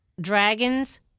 dragons